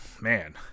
man